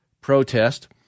protest